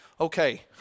Okay